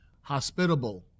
hospitable